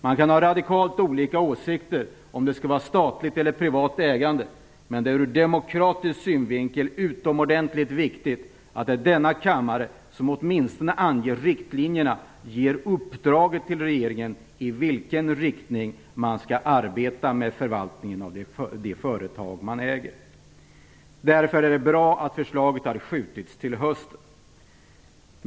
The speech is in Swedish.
Man kan ha radikalt olika åsikter i frågan om det skall vara statligt eller privat ägande, men det är ur demokratisk synvinkel utomordentligt viktigt att denna kammare åtminstone skall ange riktlinjerna för uppdraget till regeringen att arbeta med de företag som staten äger. Det är därför bra att förslagets behandling har skjutits upp till hösten.